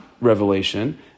revelation